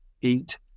Eat